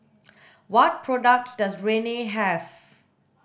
what products does Rene have